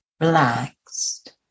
relaxed